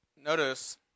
notice